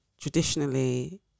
traditionally